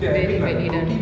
very badly done